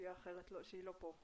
סוגיה אחרת שהיא לא פה.